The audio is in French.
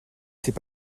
sais